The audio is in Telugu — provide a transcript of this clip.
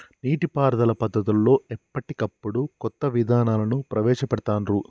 నీటి పారుదల పద్దతులలో ఎప్పటికప్పుడు కొత్త విధానాలను ప్రవేశ పెడుతాన్రు